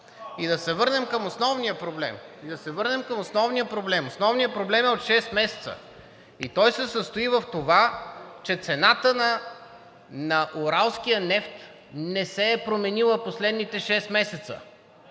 И да се върнем към основния проблем. Основният проблем е от шест месеца и той се състои в това, че цената на уралския нефт не се е променила последните шест месеца.